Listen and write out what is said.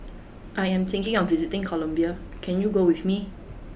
I am thinking of visiting Colombia can you go with me